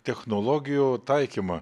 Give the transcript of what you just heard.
technologijų taikymą